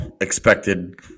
expected